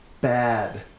bad